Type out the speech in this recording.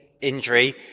injury